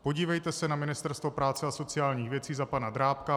Podívejte se na Ministerstvo práce a sociálních věcí za pana Drábka.